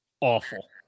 awful